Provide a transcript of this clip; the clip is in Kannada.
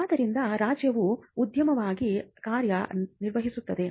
ಇದರಿಂದ ರಾಜ್ಯವು ಉದ್ಯಮಿಯಾಗಿ ಕಾರ್ಯನಿರ್ವಹಿಸುತ್ತದೆ